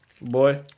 boy